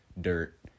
dirt